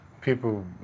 people